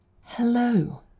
Hello